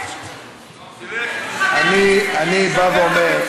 אני בא ואומר,